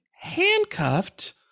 handcuffed